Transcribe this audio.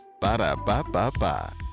Ba-da-ba-ba-ba